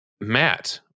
Matt